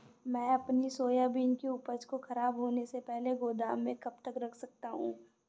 मैं अपनी सोयाबीन की उपज को ख़राब होने से पहले गोदाम में कब तक रख सकता हूँ?